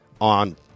on